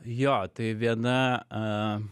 jo tai viena